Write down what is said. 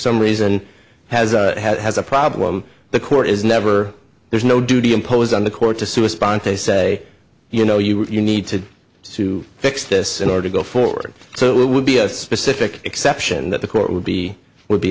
some reason has had has a problem the court is never there's no duty imposed on the court to sue a sponte say you know you're need to to fix this in order to go forward so it would be a specific exception that the court would be would be